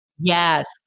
Yes